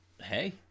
Hey